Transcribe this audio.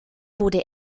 wurde